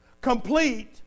complete